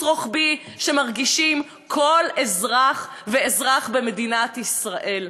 רוחבי שמרגיש כל אזרח ואזרח במדינת ישראל.